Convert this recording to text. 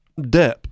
Depp